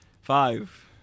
Five